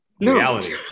reality